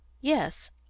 yes